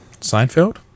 Seinfeld